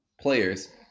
players